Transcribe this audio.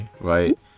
right